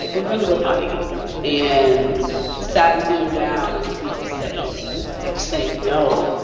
like we're gonna go potty and sat him down and he just say, he kept saying no.